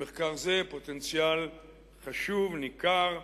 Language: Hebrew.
למחקר זה פוטנציאל חשוב, ניכר,